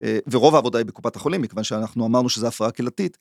ורוב העבודה היא בקופת החולים, מכיוון שאנחנו אמרנו שזו הפריה קהילתית.